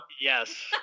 Yes